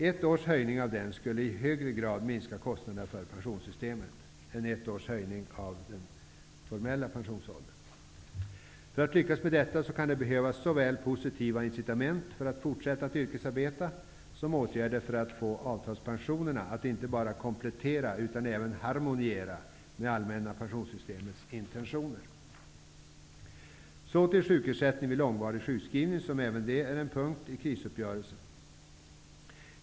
En höjning av den faktiska pensionsåldern med ett år skulle i högre grad minska kostnaderna för pensionssystemet än ett års höjning av den formella pensionsåldern. För att lyckas med detta kan det behövas såväl positiva incitament för att forsätta att yrkesarbeta som åtgärder för att få avtalspensionerna att inte bara komplettera utan även harmoniera med det allmänna pensionssystemets intentioner. Så över till frågan om sjukersättning vid långvarig sjukskrivning. Även detta är en punkt i krisuppgörelsen.